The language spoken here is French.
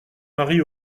marie